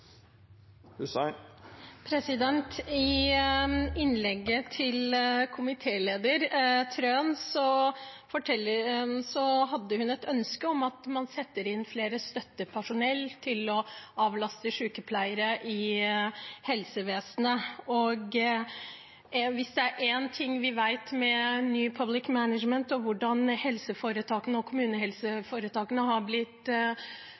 I innlegget til komitéleder Trøen hadde hun et ønske om at man setter inn mer støttepersonell til å avlaste sykepleiere i helsevesenet. Hvis det er én ting vi vet om «new public management» og hvordan helseforetakene og kommunehelseforetakene er blitt